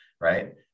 right